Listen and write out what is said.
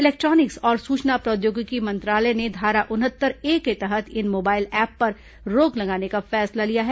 electronics और सूचना प्रौद्योगिकी मंत्रालय ने धारा उनहत्तर ए के तहत इन मोबाइल ऐप पर रोक लगाने का फैसला लिया है